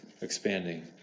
expanding